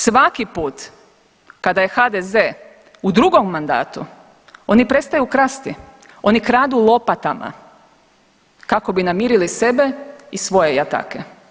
Svaki put kada je HDZ u drugom mandatu oni prestaju krasti, oni kradu lopatama kako bi namirili sebe i svoje jatake.